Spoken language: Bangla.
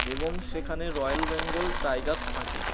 এবং সেখানে রয়্যাল বেঙ্গল টাইগার থাকে